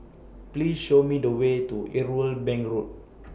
Please Show Me The Way to Irwell Bank Road